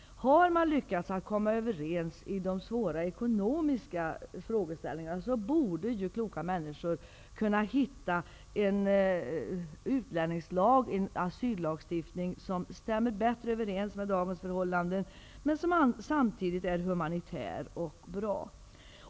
Har man lyckats komma överens om de svåra ekonomiska frågorna, borde ju kloka människor kunna hitta en utlänningslag och en asyllagstiftning som stämmer bättre överens med dagens förhållanden men som samtidigt är humanitär och bra.